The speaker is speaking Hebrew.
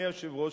אדוני היושב-ראש,